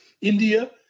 India